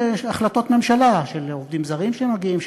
החלטות ממשלה על עובדים זרים שמגיעים,